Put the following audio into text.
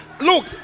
Look